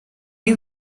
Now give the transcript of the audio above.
you